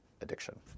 addiction